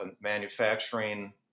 manufacturing